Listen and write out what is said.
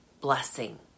blessing